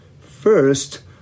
First